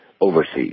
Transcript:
overseas